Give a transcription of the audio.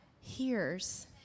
hears